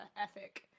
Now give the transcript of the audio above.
ethic